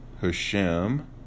Hashem